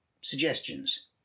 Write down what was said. suggestions